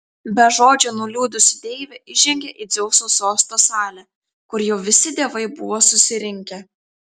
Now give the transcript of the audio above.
be žodžio nuliūdusi deivė įžengė į dzeuso sosto salę kur jau visi dievai buvo susirinkę